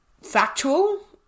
factual